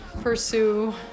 pursue